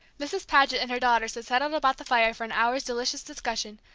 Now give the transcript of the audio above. mrs. paget and her daughters had settled about the fire for an hour's delicious discussion,